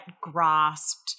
grasped